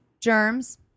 Germs